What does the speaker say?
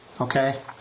Okay